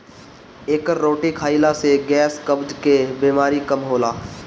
एकर रोटी खाईला से गैस, कब्ज के बेमारी कम होला